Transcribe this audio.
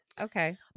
Okay